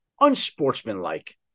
unsportsmanlike